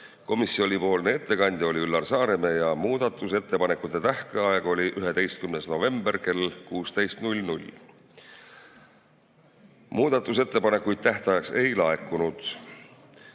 Komisjoni ettekandja oli Üllar Saaremäe ja muudatusettepanekute tähtaeg oli 11. novembril kell 16. Muudatusettepanekuid tähtajaks ei laekunud.